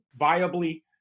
viably